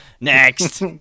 Next